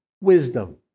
wisdom